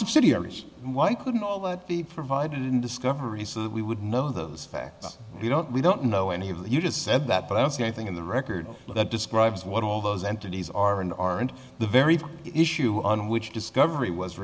subsidiaries why couldn't all that be provided in discovery so that we would know those facts we don't we don't know any of that you just said that but i don't see anything in the record that describes what all those entities are and are and the very issue on which discovery was